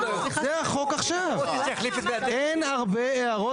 זה החוק עכשיו,